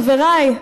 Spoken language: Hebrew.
חבריי,